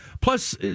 Plus